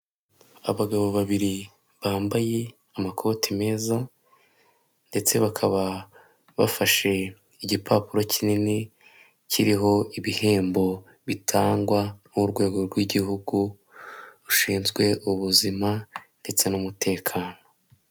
Abagabo babiri bambaye amakote meza, ndetse bakaba bafashe igipapuro kinini kiriho ibihembo bitangwa n'urwego rw'igihugu rushinzwe ubuzima ndetse n'umutekano.